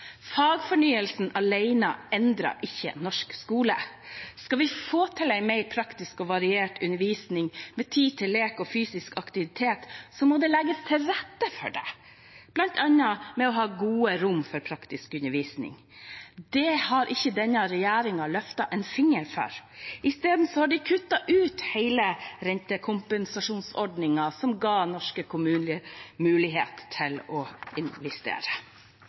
Fagfornyelsen alene endrer ikke norsk skole. Skal vi få til en mer praktisk og variert undervisning med tid til lek og fysisk aktivitet, må det legges til rette for det, bl.a. ved å ha gode rom for praktisk undervisning. Det har ikke denne regjeringen løftet en finger for. I stedet har de kuttet ut hele rentekompensasjonsordningen som ga norske kommuner mulighet til å investere.